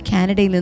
Canada